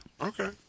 Okay